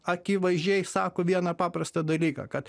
akivaizdžiai sako vieną paprastą dalyką kad